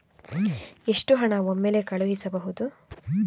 ಎಷ್ಟು ಹಣ ಒಮ್ಮೆಲೇ ಕಳುಹಿಸಬಹುದು?